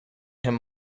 him